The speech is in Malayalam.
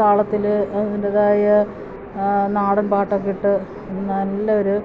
താളത്തില് അതിന്റേതായ നാടൻ പാട്ടൊക്കെയിട്ട് നല്ലയൊരു